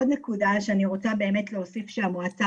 עוד נקודה שאני רוצה באמת להוסיף ושהמועצה